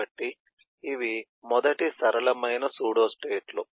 కాబట్టి ఇవి మొదటి సరళమైన సూడోస్టేట్లు